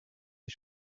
des